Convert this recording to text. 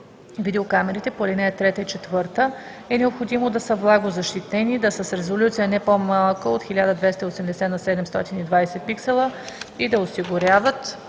Видеокамерите по ал. 3 и 4 е необходимо да са влагозащитени, да са с резолюция не по-малка от 1280х720 пиксела и да осигуряват